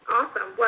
Awesome